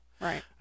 Right